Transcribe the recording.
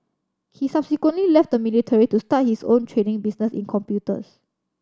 he subsequently left the military to start his own trading business in computers